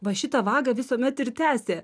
va šitą vagą visuomet ir tęsė